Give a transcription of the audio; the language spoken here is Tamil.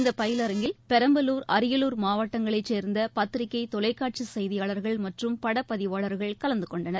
இந்த பயிலரங்கில் பெரம்பலூர் அரியலூர் மாவட்டங்களை சேர்ந்த பத்திரிகை தொலைக்காட்சி செய்தியாளர்கள் மற்றும் படப்பதிவாளர்கள் கலந்துகொண்டனர்